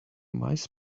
mice